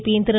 பியின் திரு